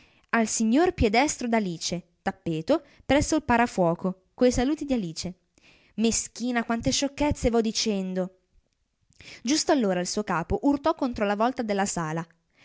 al signor piedestro d'alice tappeto presso il parafuoco coi saluti d'alice meschina quante sciocchezze vo dicendo giusto allora il suo capo urtò contro la volta della sala